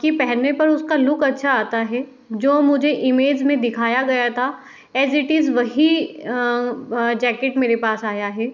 कि पहनने पर उसका लुक अच्छा आता है जो मुझे इमेज में दिखाया गया था एज़ इट इज़ वही जैकेट मेरे पास आया है